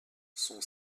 son